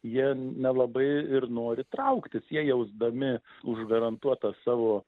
jie nelabai ir nori trauktis jie jausdami užgarantuotą savo